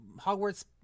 Hogwarts